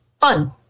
fun